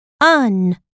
Un